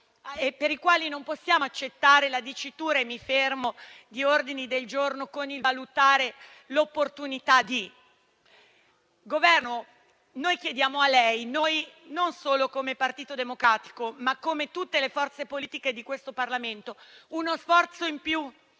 per i quali non possiamo accettare la dicitura di ordini del giorno con il «valutare l'opportunità di». Governo, noi vi chiediamo, non solo come Partito Democratico, ma come forze politiche di questo Parlamento, uno sforzo in più.